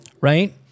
Right